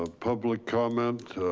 ah public comment.